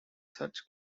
such